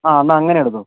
ആഹ് എന്നാൽ അങ്ങനെ എടുത്തോ